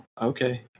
okay